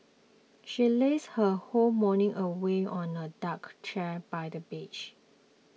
she lazed her whole morning away on a duck chair by the beach